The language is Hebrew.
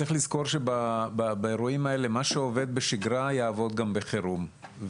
צריך לזכור שבאירועים הללו מה שעובד בשגרה יעבוד גם בחירום.